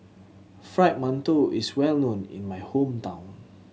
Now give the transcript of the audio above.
Fried Mantou is well known in my hometown